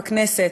בכנסת,